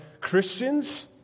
Christians